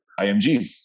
IMGs